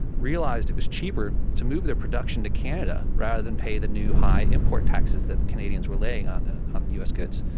realised it was cheaper to move their production to canada rather than pay the new high import taxes that canadians were laying on on us goods.